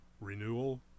Renewal